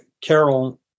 Carol